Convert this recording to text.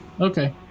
Okay